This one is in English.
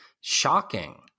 shocking